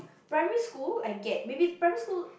primary school I get maybe primary school